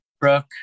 brooke